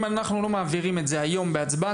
אם אנחנו לא מעבירים את זה היום בהצבעה,